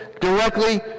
directly